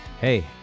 Hey